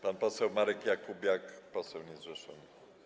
Pan poseł Marek Jakubiak, poseł niezrzeszony.